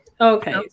Okay